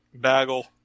bagel